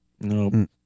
No